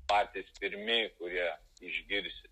patys pirmi kurie išgirsit